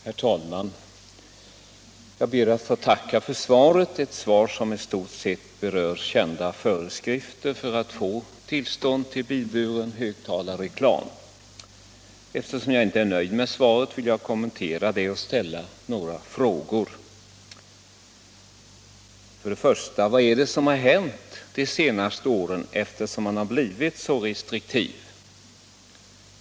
Herr talman! Jag ber att få tacka för svaret — ett svar som i stort sett berör kända föreskrifter för att få tillstånd till bilburen högtalarreklam. Eftersom jag inte är nöjd med svaret vill jag kommentera det och ställa några frågor. Vad är det som hänt de senaste åren eftersom man blivit så restriktiv?